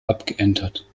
abgeändert